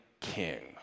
King